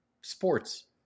sports